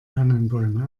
tannenbäume